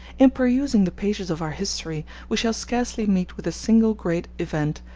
in perusing the pages of our history, we shall scarcely meet with a single great event,